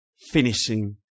finishing